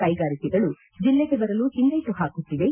ಕೈಗಾರಿಕೆಗಳು ಜಿಲ್ಲೆಗೆ ಬರಲು ಹಿಂದೇಟು ಹಾಕುತ್ತಿವೆ